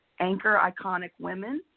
anchoriconicwomen